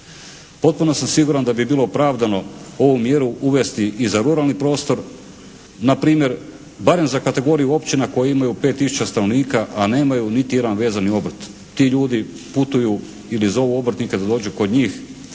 Potpuno sam siguran da bi bilo opravdano ovu mjeru uvesti i za ruralni prostor, npr. barem za kategoriju općina koje imaju 5 tisuća stanovnika, a nemaju niti jedan vezani obrt. Ti ljudi putuju ili zovu obrtnike da dođu kod njih